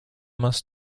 must